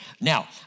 Now